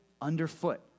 underfoot